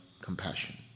compassion